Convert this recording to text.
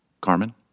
Carmen